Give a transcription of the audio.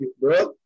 bro